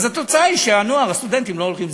אז התוצאה היא שהנוער, הסטודנטים לא הולכים.